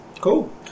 Cool